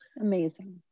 amazing